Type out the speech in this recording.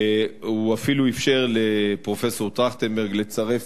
הוא אפילו אפשר לפרופסור טרכטנברג לצרף